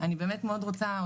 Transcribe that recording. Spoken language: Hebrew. אני כן רוצה,